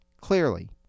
Clearly